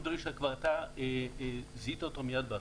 דברים שכבר אתה זיהית אותם מייד בהתחלה.